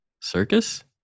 circus